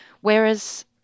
Whereas